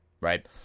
Right